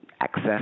access